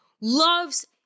loves